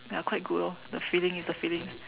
ya quite good lor the feeling it's the feeling